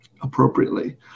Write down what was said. appropriately